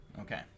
Okay